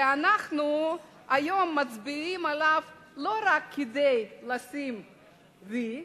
ואנחנו היום מצביעים עליו לא רק כדי לשים "וי",